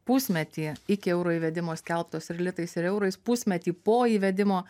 pusmetį iki euro įvedimo skelbtos ir litais ir eurais pusmetį po įvedimo